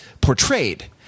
portrayed